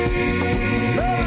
love